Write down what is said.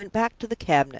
he went back to the cabinet,